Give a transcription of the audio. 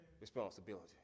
responsibility